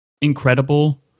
incredible